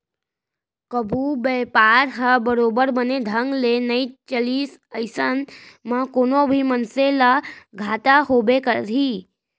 कभू बयपार ह बरोबर बने ढंग ले नइ चलिस अइसन म कोनो भी मनसे ल घाटा होबे करही